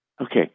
Okay